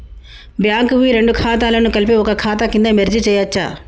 Bank వి రెండు ఖాతాలను కలిపి ఒక ఖాతా కింద మెర్జ్ చేయచ్చా?